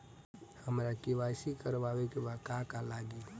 हमरा के.वाइ.सी करबाबे के बा का का लागि?